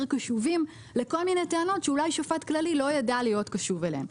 קשובים לכל מיני טענות שאולי שופט כללי לא יהיה קשוב אליהן.